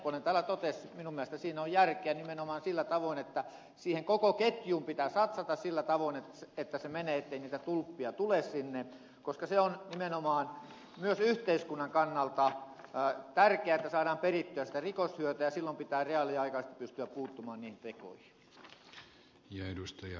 nepponen täällä totesi minun mielestäni on järkeä nimenomaan sillä tavoin että siihen koko ketjuun pitää satsata sillä tavoin että se menee ettei niitä tulppia tule sinne koska on nimenomaan myös yhteiskunnan kannalta tärkeätä että saadaan perittyä sitä rikoshyötyä ja silloin pitää reaaliaikaisesti pystyä puuttumaan niihin tekoihin